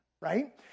right